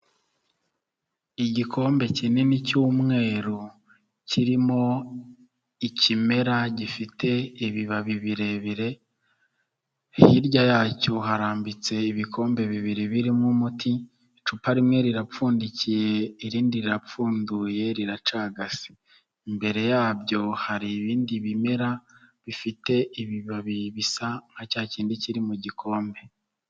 Igikombe kinini cy'umweru kirimo ikimera gifite ibi babi birebire hirya yacyo harambitse ibikombe bibiri birimo umuti, icupa rimwe rirapfundikiye irindi rirapfunduye riracagase, imbere yabyo hari ibindi bimera bifite ibi babi bisa nka cyakindi kiri mu gikombe.